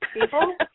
people